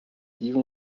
even